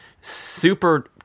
super